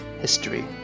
history